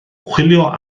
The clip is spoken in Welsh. chwilio